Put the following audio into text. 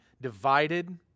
divided